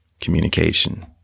communication